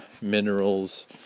minerals